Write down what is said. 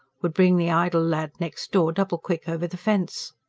would bring the idle lad next door double-quick over the fence.